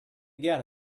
get